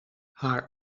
haar